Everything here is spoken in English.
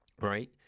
right